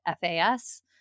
FAS